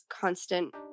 constant